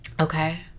okay